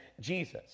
Jesus